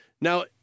Now